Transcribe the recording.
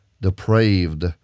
depraved